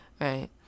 right